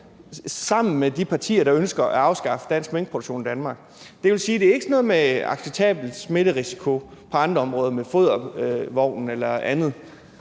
sammen med de partier, der ønsker at afskaffe minkproduktion i Danmark. Det vil sige, at det ikke er noget med acceptabel smitterisiko på andre områder med fodervognen eller andet,